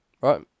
Right